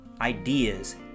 ideas